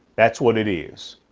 that's what it is.